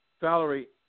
Valerie